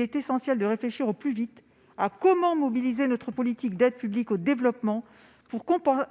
est essentiel de réfléchir au plus vite aux moyens de mobiliser notre politique d'aide publique au développement pour compenser